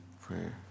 prayer